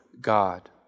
God